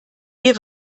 wir